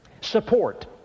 Support